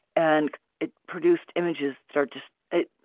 and it produced images that are just it.